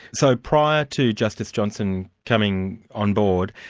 so prior to justice johnson coming on board,